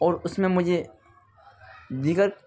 اور اس میں مجھے دیگر